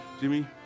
Jimmy